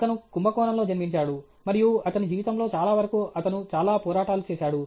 అతను కుంబకోణం లో జన్మించాడు మరియు అతని జీవితంలో చాలా వరకు అతను చాలా పోరాటాలు చేశాడు